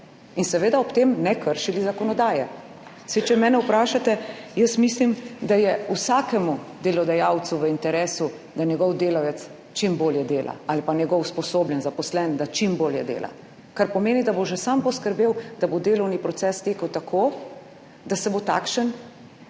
in seveda ob tem ne bi kršili zakonodaje. Če mene vprašate, jaz mislim, da je vsakemu delodajalcu v interesu, da njegov delavec ali pa njegov usposobljen zaposleni čim bolje dela, kar pomeni, da bo že sam poskrbel, da bo delovni proces tekel tako, da se bo takšen